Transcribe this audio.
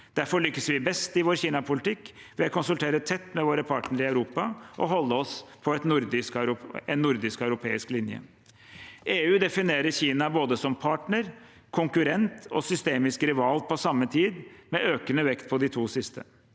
Derfor lykkes vi best i vår Kina-politikk ved å konsultere tett med våre partnere i Europa og å holde oss på en nordisk-europeisk linje. EU definerer Kina som både partner, konkurrent og systemisk rival på samme tid, med økende vekt på de to siste.